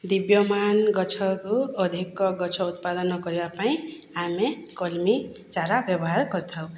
ଦିବ୍ୟମାନ୍ ଗଛକୁ ଅଧିକ ଗଛ ଉତ୍ପାଦନ କରିବା ପାଇଁ ଆମେ କଲିମି ଚାରା ବ୍ୟବହାର୍ କରିଥାଉ